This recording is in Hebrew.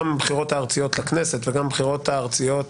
גם הבחירות הארציות לכנסת וגם בחירות ארציות